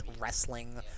wrestling